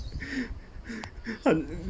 han~